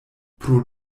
pro